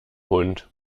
hund